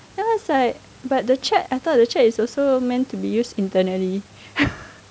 then I was like but the chat I thought the chat is also meant to be used internally